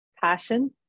passion